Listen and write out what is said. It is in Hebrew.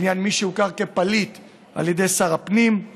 לעניין מי שהוכר כפליט על ידי שר הפנים,